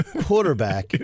quarterback